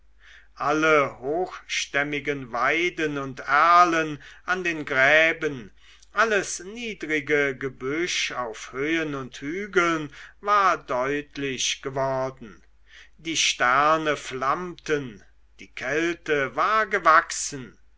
alle hochstämmigen weiden und erlen an den gräben alles niedrige gebüsch auf höhen und hügeln war deutlich geworden die sterne flammten die kälte war gewachsen